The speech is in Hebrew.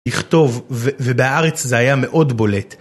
לכתוב, ובהארץ זה היה מאוד בולט.